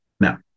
Now